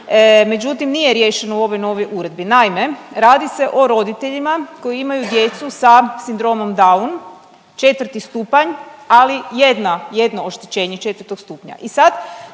međutim nije riješeno u ovoj novoj uredbi. Naime, radi se o roditeljima koji imaju djecu sa sindromom down 4. stupanj, ali jedno, jedno oštećenje 4. stupnja.